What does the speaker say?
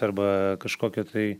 arba kažkokią tai